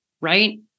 Right